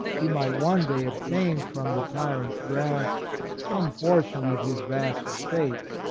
he might one day ob tain from the tyrant's grasp, some portion of his vast estates,